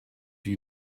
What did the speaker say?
you